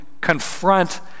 confront